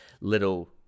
little